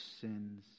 sins